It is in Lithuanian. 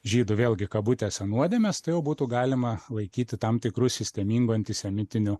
žydų vėlgi kabutėse nuodėmės tai jau būtų galima laikyti tam tikru sistemingu antisemitinių